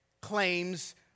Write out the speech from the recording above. claims